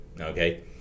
okay